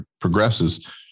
progresses